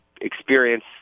experience